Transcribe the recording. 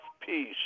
peace